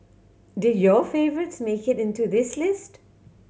did your favourites make it into this list